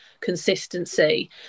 consistency